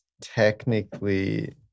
technically